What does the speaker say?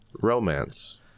romance